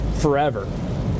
forever